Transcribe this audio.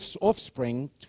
offspring